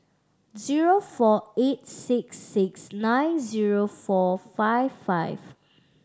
zero four eight six six nine zero four five five